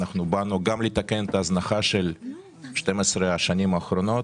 באנו גם לתקן את ההזנחה של 12 השנים האחרונות,